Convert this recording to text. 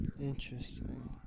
Interesting